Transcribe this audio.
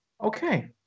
okay